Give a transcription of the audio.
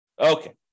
Okay